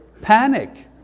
Panic